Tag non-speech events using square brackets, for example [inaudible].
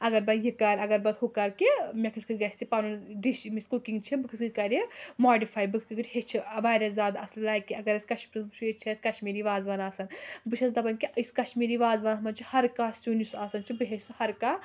اَگر بہٕ یہِ کَرٕ اگر بہٕ ہُہ کَرٕ کہِ مےٚ کِتھ کٔٹھۍ گژھِ یہِ پنُن ڈِش [unintelligible] کُکِنٛگ چھِ بہٕ کِتھ کٔنۍ کَرٕ یہِ ماڈِفَے بہٕ کِتھ کٔٹھۍ ہیٚچھِ واریاہ زیادٕ اَصٕل لایِک کہِ اَگر اَسہِ کشمیٖرَس منٛز وٕچھو ییٚتہِ چھِ اَسہِ کشمیٖری وازوان آسان بہٕ چھَس دَپان کہِ أسۍ کَشمیٖری وازوانَس منٛز چھِ ہَرٕ کانٛہہ سیُن یُس آسان چھُ بہٕ ہیٚچھٕ سُہ ہَرٕ کانٛہہ